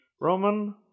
roman